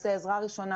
קורסי עזרה ראשונה,